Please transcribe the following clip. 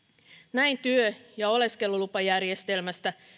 näin työ ja oleskelulupajärjestelmästä